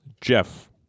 Jeff